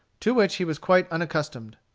to which he was quite unaccustomed.